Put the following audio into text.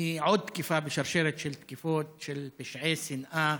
היא עוד תקיפה בשרשרת של תקיפות ופשעי שנאה,